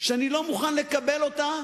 שאני לא מוכן לקבל אותה,